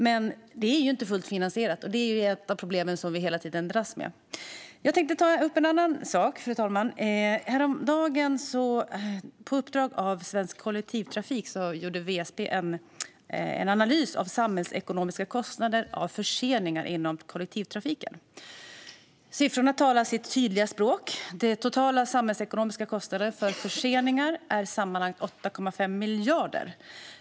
Men det är inte fullt finansierat, och det är ett av de problem som vi hela tiden dras med. Jag tänkte ta upp en annan sak, fru talman. På uppdrag av Svensk Kollektivtrafik har WSP gjort en analys av samhällsekonomiska kostnader för förseningar i kollektivtrafiken. Siffrorna talar sitt tydliga språk. Den totala samhällsekonomiska kostnaden för förseningar är 8,5 miljarder.